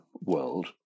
world